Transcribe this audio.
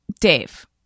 Dave